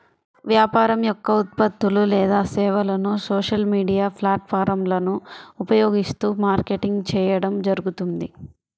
వ్యాపారం యొక్క ఉత్పత్తులు లేదా సేవలను సోషల్ మీడియా ప్లాట్ఫారమ్లను ఉపయోగిస్తూ మార్కెటింగ్ చేయడం జరుగుతుంది